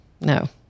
No